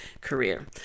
career